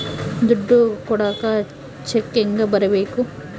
ದುಡ್ಡು ಕೊಡಾಕ ಚೆಕ್ ಹೆಂಗ ಬರೇಬೇಕು?